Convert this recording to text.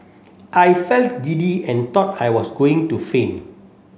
I felt giddy and thought I was going to faint